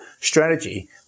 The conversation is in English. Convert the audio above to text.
strategy